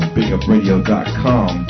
BigUpRadio.com